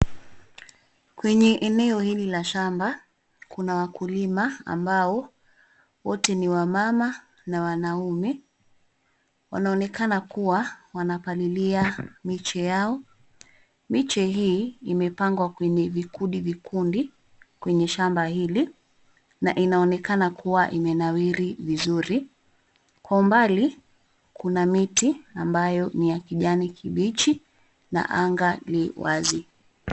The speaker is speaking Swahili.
Kwenye eneo hili la shamba, kuna wakulima ambao, wote ni wamama na wanaume. Wanaonekana kuwa, wanapalilia miche yao. Miche hii imepangwa kwenye vikundi vikundi, kwenye shamba hili, na inaonekana kuwa imenawiri vizuri. Kwa umbali, kuna miti, ambayo ni ya kijani kibichi, na anga li wazi.